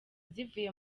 zivuye